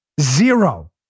Zero